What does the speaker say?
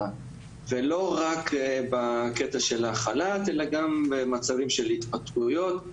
ולא רק בקטע של החל"ת אלא גם במצבים של התפטרויות,